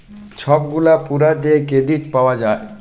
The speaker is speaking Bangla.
ছব গুলা পুরা যে কেরডিট পাউয়া যায়